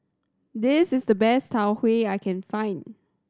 this is the best Tau Huay I can find